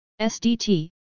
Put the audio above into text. SDT